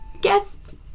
guests